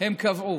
הם קבעו,